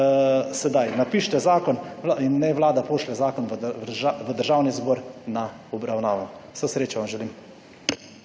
sedaj. Napišite zakon in naj Vlada pošlje zakon v Državni zbor na obravnavo. Vso srečo vam želim.